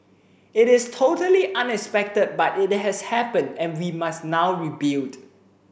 it is totally unexpected but it has happened and we must now rebuild